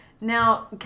Now